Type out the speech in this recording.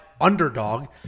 underdog